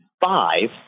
five